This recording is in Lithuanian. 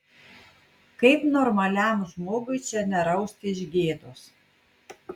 kaip normaliam žmogui čia nerausti iš gėdos